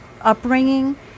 upbringing